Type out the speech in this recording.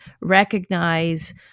recognize